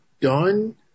done